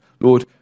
Lord